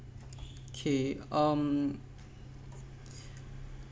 okay um